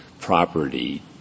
property